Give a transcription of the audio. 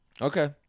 Okay